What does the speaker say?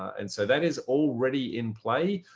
and so that is already in play.